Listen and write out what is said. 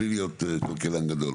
בלי להיות כלכלן גדול.